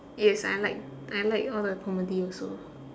yes I like I like all the comedy also